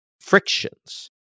frictions